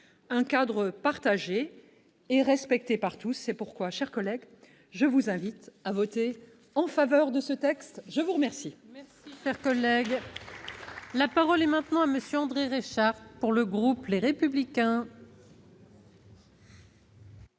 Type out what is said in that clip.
clair, partagé et respecté par tous. C'est pourquoi, mes chers collègues, je vous invite à voter en faveur de ce texte. La parole